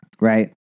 Right